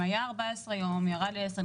אם היו 14 ימים וירד לעשרה ימים,